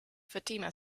fatima